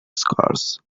scars